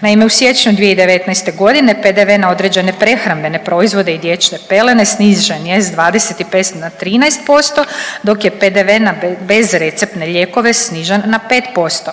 Naime, u siječnju 2019.g. PDV na određene prehrambene proizvode i dječje pelene snižen je s 25 na 13% dok je PDV na bezreceptne lijekove snižen na 5%.